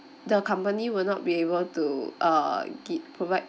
the company will not be able to uh gi~ provide